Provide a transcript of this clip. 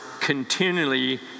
continually